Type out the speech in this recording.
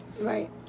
Right